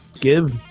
give